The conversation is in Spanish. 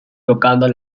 tocando